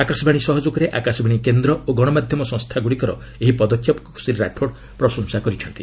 ଆକାଶବାଣୀ ସହଯୋଗରେ ଆକାଶବାଣୀ କେନ୍ଦ୍ର ଓ ଗଣମାଧ୍ୟମ ସଂସ୍ଥାଗୁଡ଼ିକର ଏହି ପଦକ୍ଷେପକୁ ଶ୍ରୀ ରାଠୋଡ୍ ପ୍ରଶଂସା କରିଛନ୍ତି